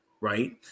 right